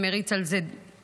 הוא מריץ על זה בדיחות.